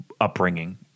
upbringing –